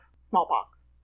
smallpox